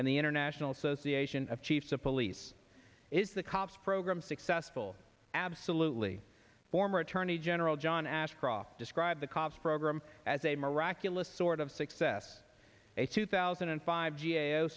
and the international association of chiefs of police is the cops program successful absolutely former attorney general john ashcroft described the cops program as a miraculous sort of success a two thousand and five g a o